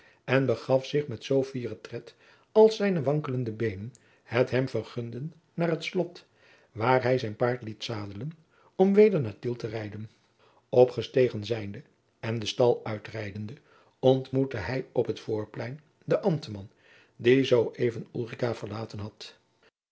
en begaf zich met zoo fieren tred als zijne wankelende beenen het hem vergunden naar het slot waar hij zijn paard liet zadelen om weder naar tiel te rijden opgestegen zijnde en de stal uitrijdende ontmoette hij op het voorplein den ambtman die zoo even ulrica verlaten had